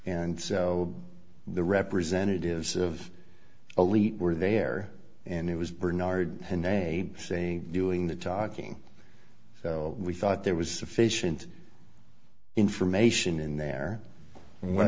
and so the representatives of elite were there and it was bernard and they saying doing the talking so we thought there was sufficient information in there